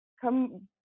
come